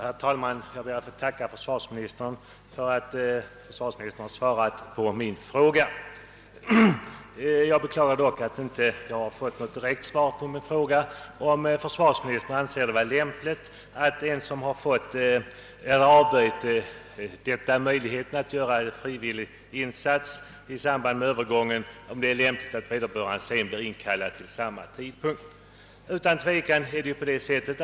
Herr talman! Jag ber att få tacka försvarsministern för svaret på min fråga. Jag beklagar dock att jag inte fått något direkt svar på frågan om försvarsministern anser att det är lämpligt att den som avböjt erbjudandet att göra en frivillig insats i samband med övergången till högertrafik skall bli inkallad till repetitionsövning vid samma tidpunkt.